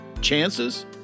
chances